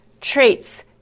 traits